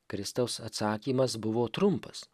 kristaus atsakymas buvo trumpas